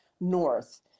North